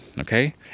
okay